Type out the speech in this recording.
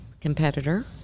competitor